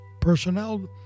personnel